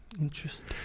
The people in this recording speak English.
Interesting